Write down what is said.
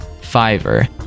Fiverr